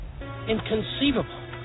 inconceivable